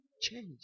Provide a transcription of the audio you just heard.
change